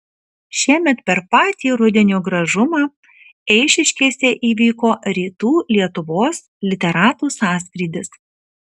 šiemet per patį rudenio gražumą eišiškėse įvyko rytų lietuvos literatų sąskrydis